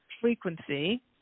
frequency